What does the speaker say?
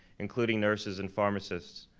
including nurses and pharmacists.